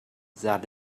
that